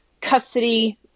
custody